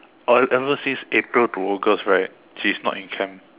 ever since April to August right she's not in camp